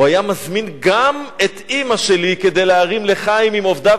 הוא היה מזמין גם את אמא שלי כדי להרים "לחיים" עם עובדיו.